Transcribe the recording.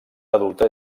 adulta